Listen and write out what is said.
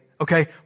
okay